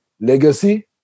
legacy